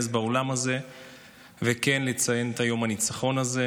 באולם הזה וכן לציין את יום הניצחון הזה,